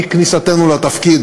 מכניסתנו לתפקיד,